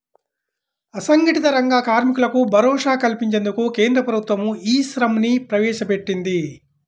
అసంఘటిత రంగ కార్మికులకు భరోసా కల్పించేందుకు కేంద్ర ప్రభుత్వం ఈ శ్రమ్ ని ప్రవేశపెట్టింది